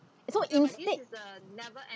so instead